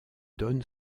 donne